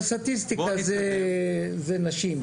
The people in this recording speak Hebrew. בסטטיסטיקה זה נשים.